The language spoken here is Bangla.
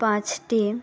পাঁচটি